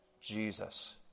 Jesus